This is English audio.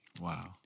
Wow